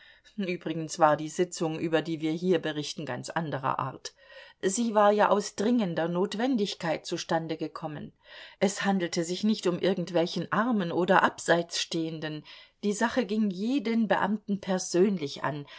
übrigens war die sitzung über die wir hier berichten ganz anderer art sie war ja aus dringender notwendigkeit zustande gekommen es handelte sich nicht um irgendwelchen armen oder abseitsstehenden die sache ging jeden beamten persönlich an